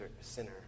sinner